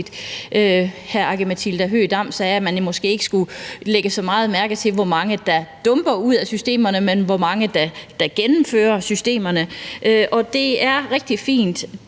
Aki-Matilda Høegh-Dam sagde, at man måske ikke skulle lægge så meget mærke til, hvor mange der dumper ud af systemerne, men hvor mange der gennemfører systemerne, og det er rigtig fint.